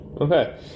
Okay